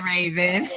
Raven